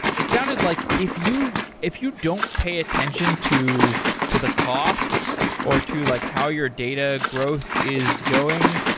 it sounded like if you if you don't pay attention to to the costs or to like how your data growth is going,